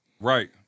Right